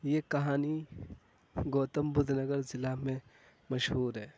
یہ کہانی گوتم بدھ نگر ضلع میں مشہور ہے